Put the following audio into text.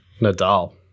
Nadal